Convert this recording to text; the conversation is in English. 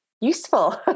useful